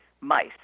mice